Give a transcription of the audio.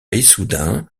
issoudun